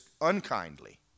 unkindly